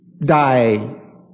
die